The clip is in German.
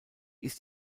ist